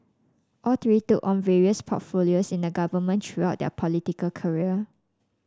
all three took on various portfolios in the government throughout their political career